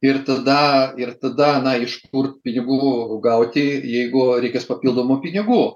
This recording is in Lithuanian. ir tada ir tada na iš kur pinigų gauti jeigu reikės papildomų pinigų